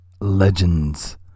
legends